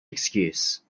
excuse